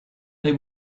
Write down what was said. they